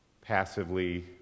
passively